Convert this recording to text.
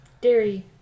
Dairy